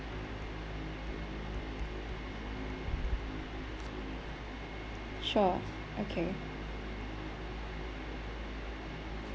sure okay